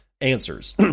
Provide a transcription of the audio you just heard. answers